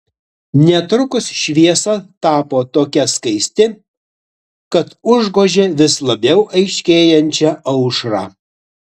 netrukus šviesa tapo tokia skaisti kad užgožė vis labiau aiškėjančią aušrą